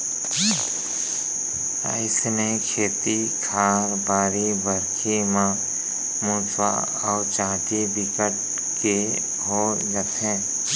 अइसने खेत खार, बाड़ी बखरी म मुसवा अउ चाटी बिकट के हो जाथे